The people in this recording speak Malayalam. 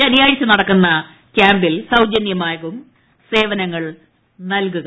ശനിയാഴ്ച നടക്കുന്ന ക്യാംപിൽ സൌജന്യമായാകും സേവനങ്ങൾ നൽകുക